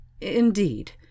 Indeed